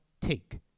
take